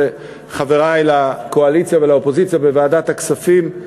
וחברי לקואליציה ולאופוזיציה בוועדת הכספים,